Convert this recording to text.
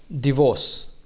divorce